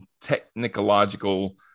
technological